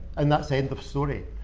and that's end of story.